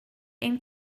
ein